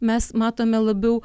mes matome labiau